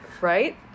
right